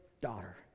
daughter